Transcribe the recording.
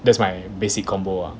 that's my basic combo